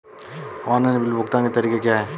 Online bill भुगतान के तरीके क्या हैं?